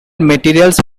materials